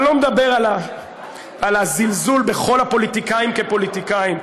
אני לא מדבר על הזלזול בכל הפוליטיקאים כפוליטיקאים,